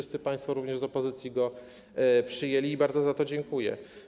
Wszyscy państwo, również z opozycji, go przyjęli i bardzo za to dziękuję.